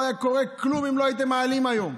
לא היה קורה כלום אם לא הייתם מעלים היום.